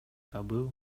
кабыл